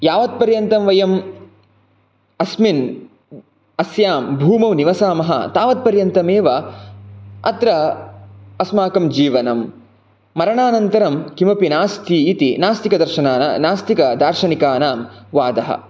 यावत्पर्यन्तं वयम् अस्मिन् अस्यां भूमौ निवसामः तावत्पर्यन्तमेव अत्र अस्माकं जीवनं मरणानन्तरं किमपि नास्ति इति नास्तिकदर्शनाना नास्तिकदार्शनिकानां वादः